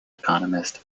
economist